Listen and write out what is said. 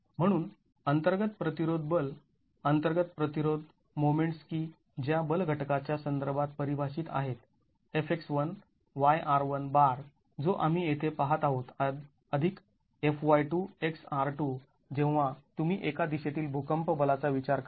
म्हणून अंतर्गत प्रतिरोध बल अंतर्गत प्रतिरोध मोमेंट्स की ज्या बल घटकाच्या संदर्भात परिभाषित आहेत Fx1yr1 बार जो आम्ही येथे पाहत आहोत अधिक Fy2xr2 जेव्हा तुम्ही एका दिशेतील भूकंप बलाचा विचार करता